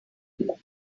just